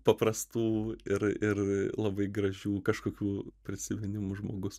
paprastų ir ir labai gražių kažkokių prisiminimų žmogus